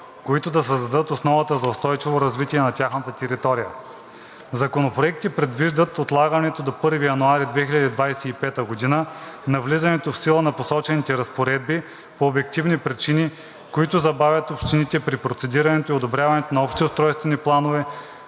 които да създадат основа за устойчиво развитие на тяхната територия. Законопроектите предвиждат отлагането до 1 януари 2025 г. на влизането в сила на посочените разпоредби по обективни причини, които забавят общините при процедирането и одобряването на общи устройствени планове,